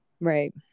right